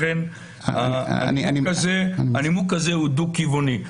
לכן הנימוק הזה הוא דו כיווני.